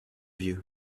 you